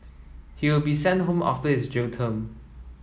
he will be sent home after his jail term